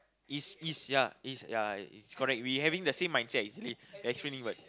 is is ya is ya is correct we having the same mindset actually actually what's